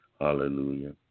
Hallelujah